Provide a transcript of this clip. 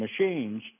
machines